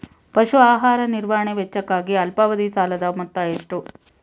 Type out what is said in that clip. ಪಶು ಆಹಾರ ನಿರ್ವಹಣೆ ವೆಚ್ಚಕ್ಕಾಗಿ ಅಲ್ಪಾವಧಿ ಸಾಲದ ಮೊತ್ತ ಎಷ್ಟು?